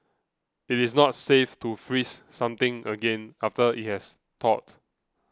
it is not safe to freeze something again after it has thawed